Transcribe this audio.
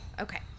Okay